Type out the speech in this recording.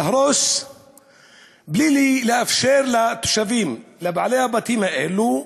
להרוס בלי לאפשר לתושבים, לבעלי הבתים האלו,